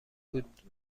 بود